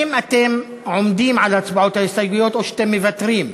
האם אתם עומדים על הצבעת ההסתייגויות או שאתם מוותרים?